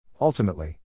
Ultimately